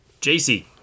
JC